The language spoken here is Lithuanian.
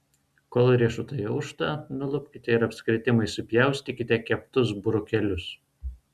kol riešutai aušta nulupkite ir apskritimais supjaustykite keptus burokėlius